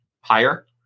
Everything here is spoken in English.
higher